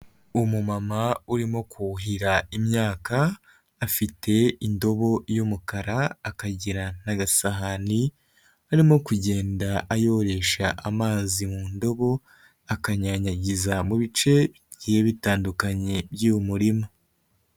Umumama urimo kuhira imyaka, afite indobo y'umukara akagira n'agasahani arimo kugenda ayoresha amazi mu ndobo akanyanyagiza mu bice bigiye bitandukanye by'uyu murima.